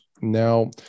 Now